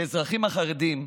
כאזרחים חרדים,